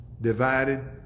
divided